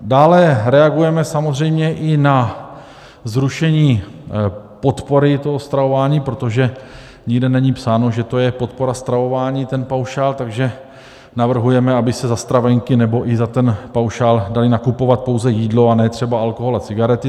Dále reagujeme samozřejmě i na zrušení podpory stravování, protože nikde není psáno, že to je podpora stravování, ten paušál, takže navrhujeme, aby se za stravenky nebo i za ten paušál dalo nakupovat pouze jídlo, a ne třeba alkohol a cigarety.